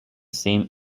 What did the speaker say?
same